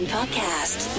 Podcast